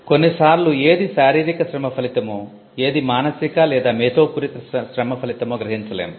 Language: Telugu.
కొన్ని సార్లు ఏది శారీరిక శ్రమ ఫలితమో ఏది మానసికమేధోపూరిత శ్రమ ఫలితమో గ్రహించలేము